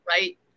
right